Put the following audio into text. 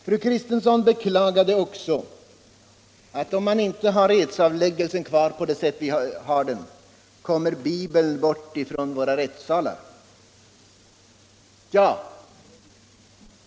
Fru Kristensson beklagade att om inte edsavläggelsen bibehålles på samma sätt skulle Bibeln komma bort ifrån våra rättssalar.